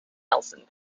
nelson